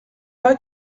pas